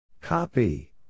Copy